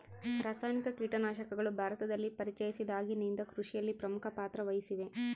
ರಾಸಾಯನಿಕ ಕೇಟನಾಶಕಗಳು ಭಾರತದಲ್ಲಿ ಪರಿಚಯಿಸಿದಾಗಿನಿಂದ ಕೃಷಿಯಲ್ಲಿ ಪ್ರಮುಖ ಪಾತ್ರ ವಹಿಸಿವೆ